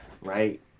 right